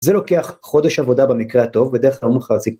‫זה לוקח חודש עבודה במקרה הטוב, ‫בדרך כלל...